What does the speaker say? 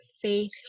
faith